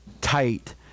tight